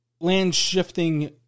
land-shifting